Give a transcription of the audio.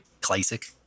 Classic